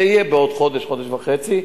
זה יהיה בעוד חודש, חודש וחצי.